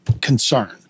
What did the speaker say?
concern